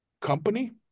company